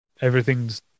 everything's